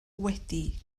wedi